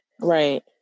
Right